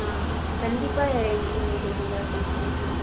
ஆ கண்டிப்பாக எங் உங்களுக்கு நாங்கள் செஞ்சுத் தர சொல்லி